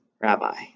Rabbi